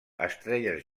estrelles